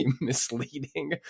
misleading